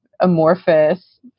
amorphous